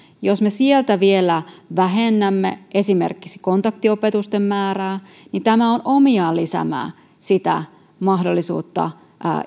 jos me sieltä vielä vähennämme esimerkiksi kontaktiopetuksen määrää niin tämä on omiaan vähentämään mahdollisuutta